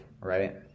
right